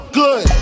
good